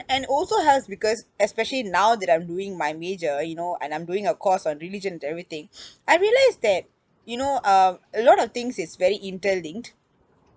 and also helps because especially now that I'm doing my major you know and I'm doing a course on religion and everything I realised that you know uh a lot of things is very interlinked